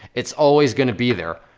it's always gonna be there,